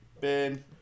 Bin